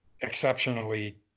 exceptionally